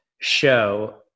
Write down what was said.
show